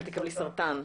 את תקבלי סרטן,